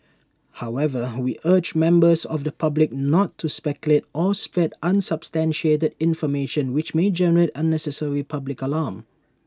however we urge members of the public not to speculate or spread unsubstantiated information which may generate unnecessary public alarm